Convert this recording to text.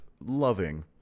loving